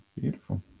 Beautiful